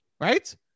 Right